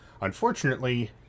Unfortunately